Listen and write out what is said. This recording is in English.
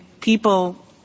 people